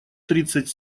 тридцать